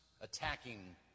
attacking